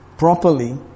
Properly